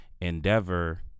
endeavor